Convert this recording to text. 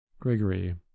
Gregory